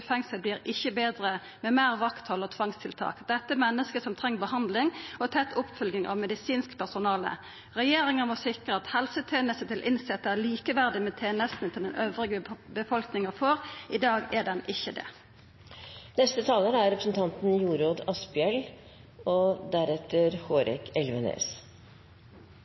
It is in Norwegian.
fengsel vert ikkje betre med meir vakthald og tvangstiltak. Dette er menneske som treng behandling og tett oppfølging av medisinsk personale. Regjeringa må sikra at helsetenestene til innsette er likeverdige med tenestene til resten av befolkninga, for i dag er dei ikkje det. Arbeiderpartiet og den rød-grønne regjeringen styrket arbeidet med samfunnssikkerhet og